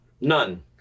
None